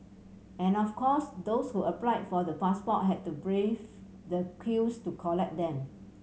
and of course those who applied for the passport had to brave the queues to collect them